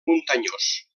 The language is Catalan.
muntanyós